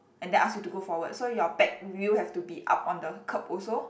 and then ask you to go forward so your back wheel have to be up on the curb also